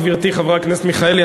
גברתי חברת הכנסת מיכאלי,